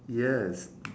yes